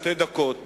שתי דקות,